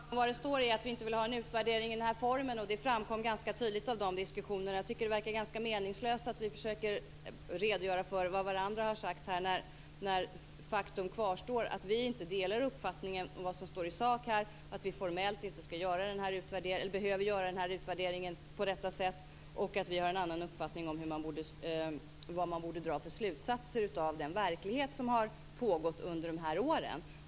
Fru talman! Det står att vi inte vill ha en utvärdering i denna form. Det framkom ganska tydligt av dessa diskussioner. Jag tycker att det verkar ganska meningslöst att vi försöker redogöra för vad andra har sagt här när faktum kvarstår, nämligen att vi i sak inte delar den uppfattning som står här, att vi formellt inte behöver göra denna utvärdering på detta sätt och att vi har en annan uppfattning om vilka slutsatser som man borde dra av den verklighet som har pågått under dessa år.